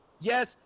Yes